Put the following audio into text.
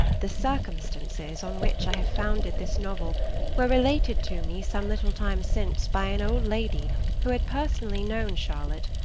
the circumstances on which i have founded this novel were related to me some little time since by an old lady who had personally known charlotte,